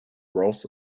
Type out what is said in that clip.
rolls